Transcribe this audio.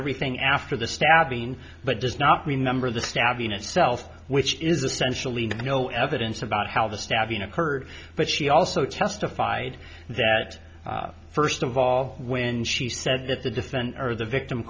everything after the stabbing but does not mean number the stabbing itself which is essentially no evidence about how the stabbing occurred but she also testified that first of all when she said that the defense or the victim